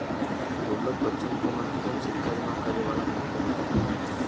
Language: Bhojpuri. गुल्लक बच्चन क मनपंसद सिक्का जमा करे वाला कंटेनर होला